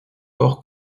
hors